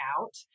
out